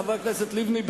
חברת הכנסת לבני,